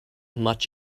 much